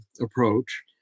approach